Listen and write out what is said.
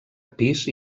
pis